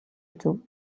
үзэв